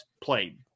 played